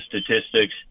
statistics